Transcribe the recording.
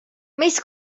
mis